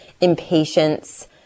impatience